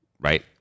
right